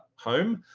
home,